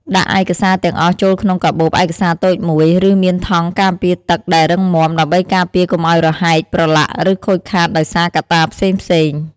ដាក់ឯកសារទាំងអស់ចូលក្នុងកាបូបឯកសារតូចមួយ ឬមានថង់ការពារទឹកដែលរឹងមាំ ដើម្បីការពារកុំឲ្យរហែក ប្រឡាក់ ឬខូចខាតដោយសារកត្តាផ្សេងៗ។